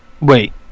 Wait